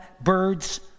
birds